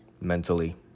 mentally